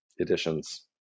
editions